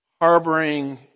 harboring